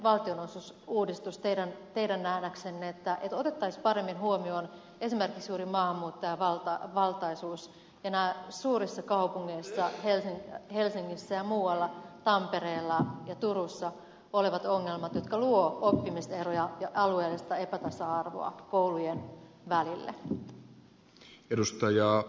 voitaisiinko teidän nähdäksenne tehdä tämmöinen valtionosuusuudistus että otettaisiin paremmin huomioon esimerkiksi juuri maahanmuuttajavaltaisuus ja nämä suurissa kaupungeissa helsingissä ja muualla tampereella ja turussa olevat ongelmat jotka luovat oppimiseroja ja alueellista epätasa arvoa koulujen välille